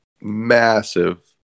massive